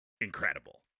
incredible